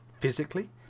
physically